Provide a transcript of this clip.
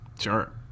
Sure